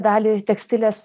dalį tekstilės